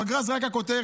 פגרה זאת רק הכותרת.